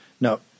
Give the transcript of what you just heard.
No